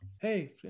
hey